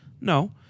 No